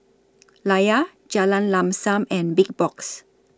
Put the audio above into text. Layar Jalan Lam SAM and Big Box